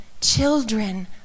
children